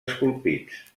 esculpits